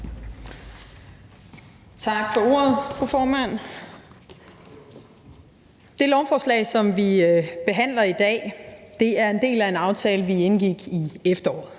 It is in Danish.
Tak for ordet, fru formand. Det lovforslag, som vi behandler i dag, er en del af en aftale, vi indgik i efteråret.